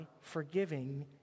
forgiving